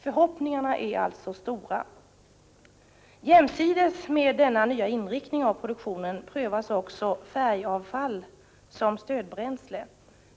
Förhoppningarna är alltså stora. Jämsides med denna nya inriktning av produktionen prövas också färgavfall som stödbränsle.